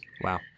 Wow